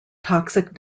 toxic